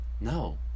no